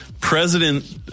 president